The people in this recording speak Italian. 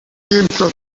rientra